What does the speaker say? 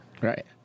Right